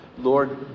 Lord